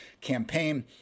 campaign